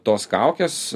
tos kaukės